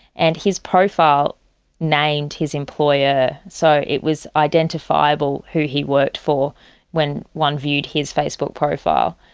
and his profile named his employer. so it was identifiable who he worked for when one viewed his facebook profile.